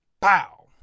pow